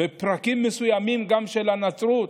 בפרקים מסוימים, גם הנצרות,